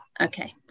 Okay